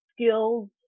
skills